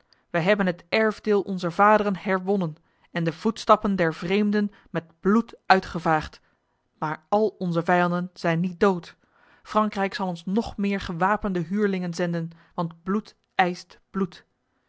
wij hebben het erfdeel onzer vaderen herwonnen en de voetstappen der vreemden met bloed uitgevaagd maar al onze vijanden zijn niet dood frankrijk zal ons nog meer gewapende huurlingen zenden want bloed eist bloed